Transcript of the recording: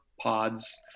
pods